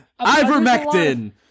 ivermectin